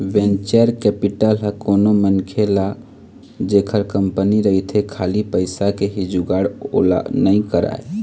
venture capital ह कोनो मनखे ल जेखर कंपनी रहिथे खाली पइसा के ही जुगाड़ ओला नइ कराय